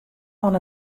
fan